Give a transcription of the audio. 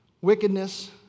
wickedness